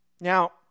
Now